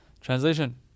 Translation